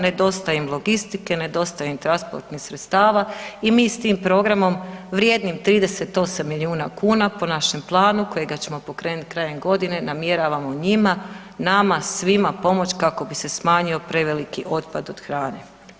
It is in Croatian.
Nedostaje im logistike, nedostaje im transportnih sredstava i mi s tim programom vrijednim 38 milijuna kuna po našem planu kojega ćemo pokrenuti krajem godine namjeravamo njima, nama, svima pomoć kako bi se smanjio preveliki otpad od hrane.